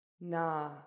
NA